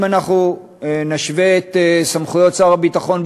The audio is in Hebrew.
אם אנחנו נשווה את סמכויות שר הביטחון,